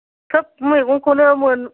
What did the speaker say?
सोब मैगंखौनो मोन